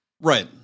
right